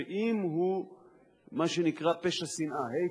ואם הוא מה שנקרא "פשע שנאה",